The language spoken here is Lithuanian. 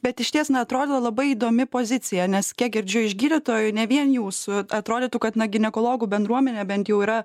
bet išties na atrodo labai įdomi pozicija nes kiek girdžiu iš gydytojų ne vien jūsų atrodytų kad na ginekologų bendruomenė bent jau yra